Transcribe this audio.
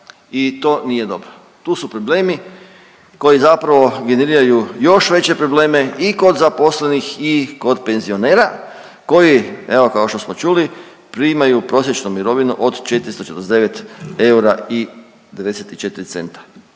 i to nije dobro. Tu su problemi koji zapravo generiraju još veće probleme i kod zaposlenih i kod penzionera koji, evo kao što smo čuli, primaju prosječnu mirovinu od 449 eura